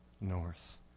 north